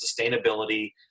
sustainability